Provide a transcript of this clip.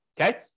okay